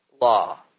law